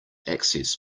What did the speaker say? access